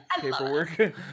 paperwork